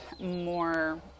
more